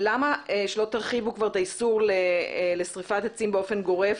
אז למה שלא תרחיבו כבר את האיסור לשריפת עצים באופן גורף?